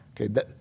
Okay